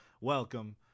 Welcome